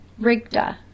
Rigda